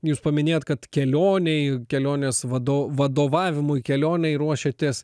jūs paminėjot kad kelionėj kelionės vado vadovavimui kelionei ruošėtės